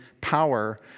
power